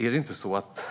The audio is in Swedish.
Är det inte så att